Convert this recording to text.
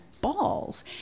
balls